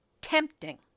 tempting